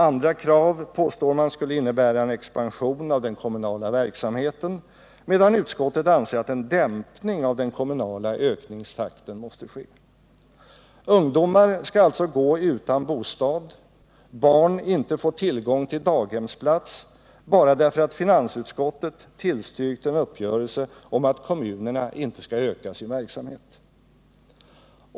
Andra krav påstår man skulle innebära en expansion av den kommunala verksamheten, medan utskottet anser att en dämpning av den kommunala ökningstakten måste ske. Ungdomar skall alltså gå utan bostad, barn inte få tillgång till daghemsplats bara därför att finansutskottet tillstyrkt en uppgörelse om att kommunerna inte skall öka sin verksamhet.